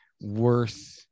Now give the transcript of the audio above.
worth